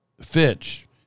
Fitch